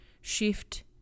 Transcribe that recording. shift